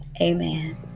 Amen